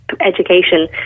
education